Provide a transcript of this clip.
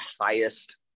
highest